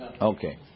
okay